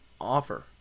offer